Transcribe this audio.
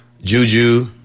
Juju